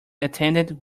attendant